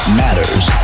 matters